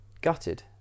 Gutted